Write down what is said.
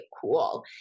cool